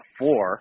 four